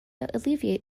alleviate